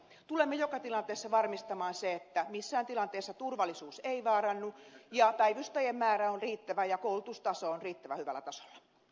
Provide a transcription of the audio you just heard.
tulemme joka tilanteessa varmistamaan sen että missään tilanteessa turvallisuus ei vaarannu ja päivystäjien määrä on riittävä ja koulutaso on riittävän hyvällä tasolla